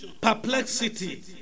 perplexity